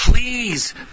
please